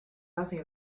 nothing